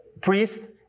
priest